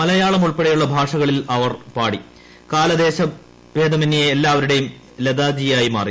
മലയാളം ഉൾപ്പെടെയുള്ള ഭാഷകളിൽ പാടി അവർ കാലദേശഭേദമന്യേ എല്ലാവരുടെയും മാറി